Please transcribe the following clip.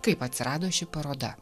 kaip atsirado ši paroda